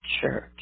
church